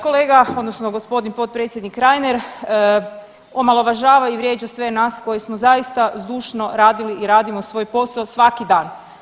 Kolega odnosno gospodin potpredsjednike Reiner omalovažava i vrijeđa sve nas koji smo zaista zdušno radili i radimo svoj posao svaki dan.